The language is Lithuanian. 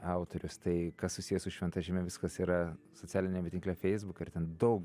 autorius tai kas susiję su šventa žeme viskas yra socialiniame tinkle facebook ir ten daug